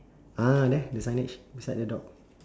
ah there the signage beside the dog